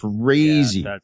crazy